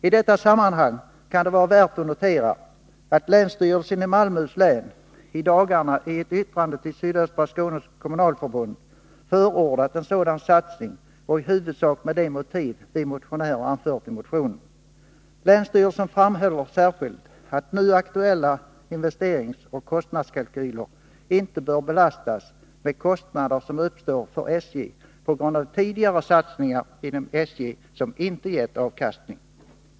I detta sammanhang kan det vara värt att notera att länsstyrelsen i Malmöhus län i dagarna i ett yttrande till Sydöstra Skånes kommunalförbund förordat en sådan satsning, i huvudsak med de motiv vi motionärer anfört i motionen. Länsstyrelsen framhåller särskilt att nu aktuella investeringsoch kostnadskalkyler inte bör belastas med kostnader som uppstått för SJ på grund av tidigare satsningar inom SJ som inte gett avkastning.